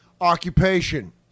Occupation